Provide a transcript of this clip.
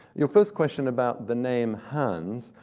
your first question about the name, hans,